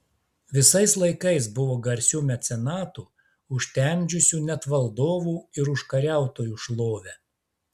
visais laikais buvo garsių mecenatų užtemdžiusių net valdovų ir užkariautojų šlovę